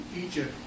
Egypt